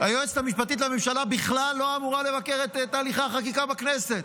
היועצת המשפטית לממשלה בכלל לא אמורה לבקר את תהליכי החקיקה בכנסת.